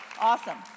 awesome